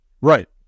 Right